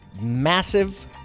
massive